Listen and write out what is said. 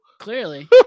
clearly